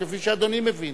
כפי שאדוני מבין.